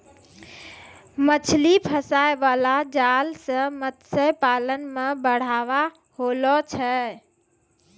मछली फसाय बाला जाल से मतस्य पालन मे बढ़ाबा होलो छै